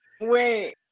Wait